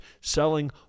selling